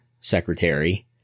secretary